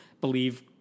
believe